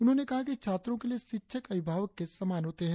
उन्होंने कहा कि छात्रों के लिए शिक्षक अभिभावक के समान होते हैं